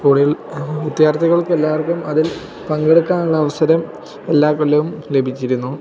സ്കൂളിൽ വിദ്യാർത്ഥികൾക്കെല്ലാവർക്കും അതിൽ പങ്കെടുക്കാനുള്ള അവസരം എല്ലാ കൊല്ലവും ലഭിച്ചിരുന്നു